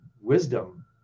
wisdom